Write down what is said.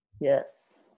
Yes